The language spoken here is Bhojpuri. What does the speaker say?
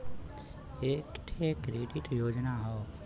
एक ठे क्रेडिट योजना हौ